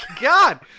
God